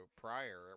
prior